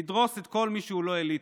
לדרוס את כל מי שהוא לא אליטה.